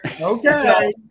Okay